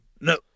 No